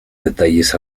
detalles